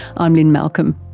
i'm lynne malcolm.